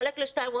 חלק לשתיים,